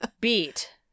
beat